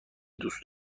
دوست